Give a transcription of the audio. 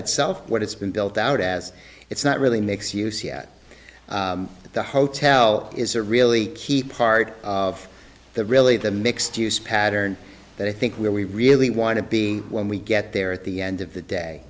itself what it's been built out as it's not really makes you see at the hotel is a really key part of the really the mixed use pattern that i think we really want to be when we get there at the end of the day